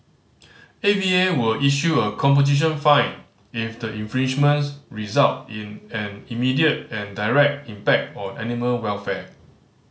A V A will issue a composition fine if the infringements result in an immediate and direct impact on animal welfare